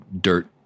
dirt